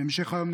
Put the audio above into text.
בהמשך היום,